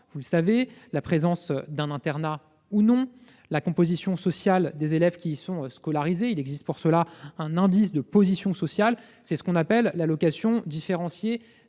comme la présence d'un internat ou non, la composition sociale des élèves qui y sont scolarisés ; il existe pour cela un indice de position sociale : c'est ce qu'on appelle l'allocation différenciée